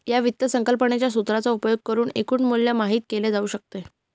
या वित्त संकल्पनेच्या सूत्राचा उपयोग करुन एकूण मूल्य माहित केले जाऊ शकते